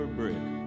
brick